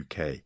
UK